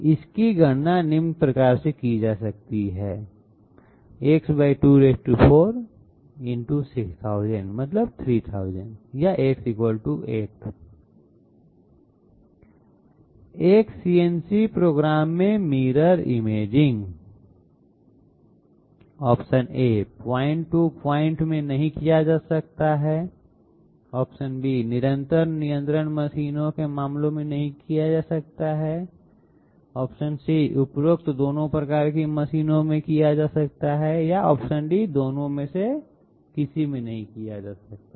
इसकी गणना निम्न प्रकार से की जा सकती है X 24 × 6000 3000 या X 8 एक सीएनसी प्रोग्राम में mirror imaging point to point में नहीं किया जा सकता मशीनों निरंतर नियंत्रण मशीनों के मामले में नहीं किया जा सकता है उपरोक्त दोनों प्रकार की मशीनों में किया जा सकता है दोनों में नहीं किया जा सकता है